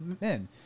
men